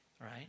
right